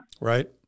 Right